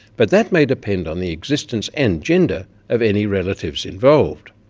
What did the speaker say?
but that may depend on the existence and gender of any relatives involved.